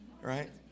right